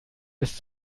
bis